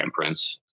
handprints